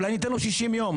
אולי ניתן לו 60 יום.